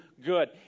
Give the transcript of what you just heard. good